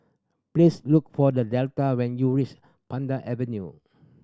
please look for The Delta when you reach Pandan Avenue